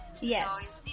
Yes